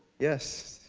yes,